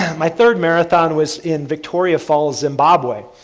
my third marathon was in victoria falls, zimbabwe.